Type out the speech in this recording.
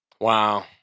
Wow